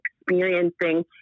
experiencing